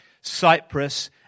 Cyprus